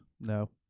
No